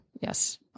Yes